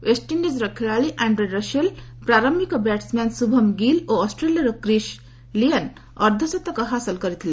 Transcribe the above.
ଓ୍ୱେଷ୍କଇଣ୍ଡିଜ୍ର ଖେଳାଳି Andre Russell ପ୍ରାର୍ୟିକ batsman Shubman Gill ଓ ଅଷ୍ଟ୍ରେଲିଆର କ୍ରିସ୍ ଲିନ୍ ଅର୍ଦ୍ଧଶତକ ହାସଲ କରିଥିଲେ